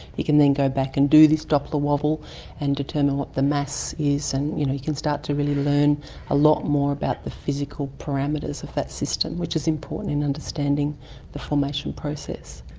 you can then go back and do this doppler wobble and determine what the mass is and you know you can start to really learn a lot more about the physical parameters of that system, which is important in understanding the formation process.